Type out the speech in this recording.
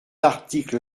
article